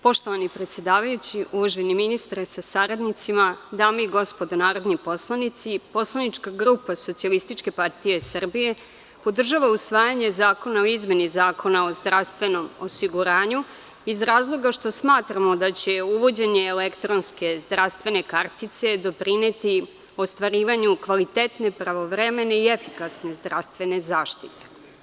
Poštovani predsedavajući, uvaženi ministre sa saradnicima, dame i gospodo narodni poslanici, poslanička grupa SPS podržava usvajanje zakona o izmeni Zakona o zdravstvenom osiguranju iz razloga što smatramo da će uvođenje elektronske zdravstvene kartice doprineti ostvarivanju kvalitetne, pravovremene i efikasne zdravstvene zaštite.